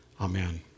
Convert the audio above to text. Amen